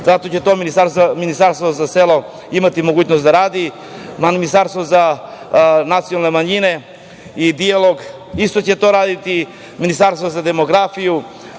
Zato će Ministarstvo za selo imati mogućnost da radi, Ministarstvo za nacionalne manjine i dijalog isto će to raditi, Ministarstvo za demografiju